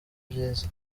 byiza